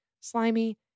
slimy